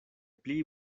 pli